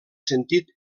sentit